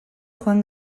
joan